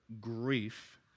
grief